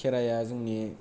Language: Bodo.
खेराइया जोंनि